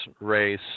race